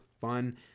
Fun